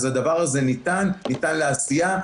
אז הדבר הזה ניתן, ניתן לעשייה.